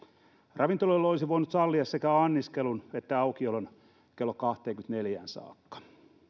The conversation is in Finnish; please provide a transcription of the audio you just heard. ravintoloille olisi voinut sallia sekä anniskelun että aukiolon klo kahteenkymmeneenneljään saakka